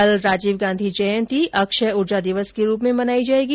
कल राजीव गांधी जयंती अक्षय उर्जा दिवस के रूप में मनाई जायेगी